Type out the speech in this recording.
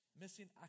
missing